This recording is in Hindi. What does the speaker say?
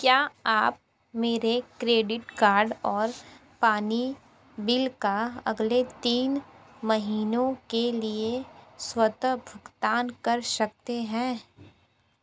क्या आप मेरे क्रेडिट कार्ड और पानी बिल का अगले तीन महीनों के लिए स्वत भुगतान कर सकते हैं